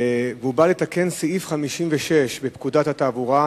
היא באה לתקן את סעיף 56 בפקודת התעבורה,